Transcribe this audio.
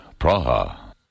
Praha